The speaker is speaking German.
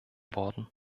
worden